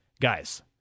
guys